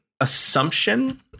assumption